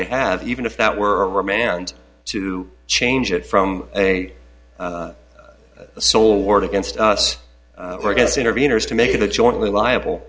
they have even if that were remand to change it from a sole word against us or against interveners to make it a jointly liable